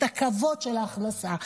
את הכבוד של ההכנסה.